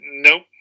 Nope